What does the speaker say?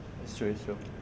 it's true it's true